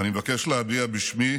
ואני מבקש להביע בשמי